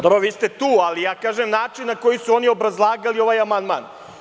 Dobro, vi ste tu, ali govorim o načinu na koji su oni obrazlagali ovaj amandman.